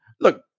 Look